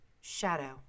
shadow